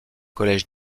collège